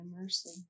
mercy